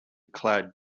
clad